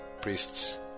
priests